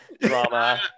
drama